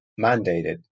mandated